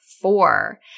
four